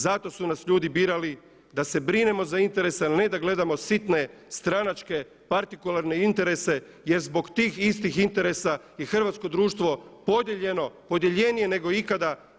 Zato su nas ljudi birali da se brinemo za interese, a ne da gledamo sitne stranačke partikularne interese jer zbog tih istih interesa je hrvatsko društvo podijeljeno, podjeljenije nego ikada.